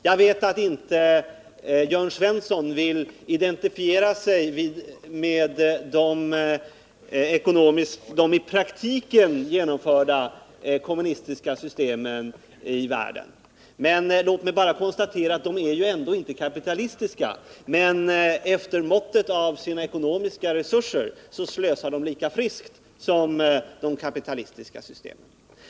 Jag vet att Jörn Svensson inte vill identifiera sig med de i praktiken genomförda kommunistiska systemen i världen. Men låt mig konstatera att de ju ändå inte är kapitalistiska! Men efter måttet av sina ekonomiska resurser slösar de lika friskt som de kapitalistiska systemen.